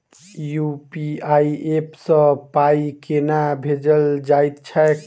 UPI app सँ पाई केना भेजल जाइत छैक?